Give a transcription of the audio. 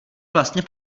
vlastně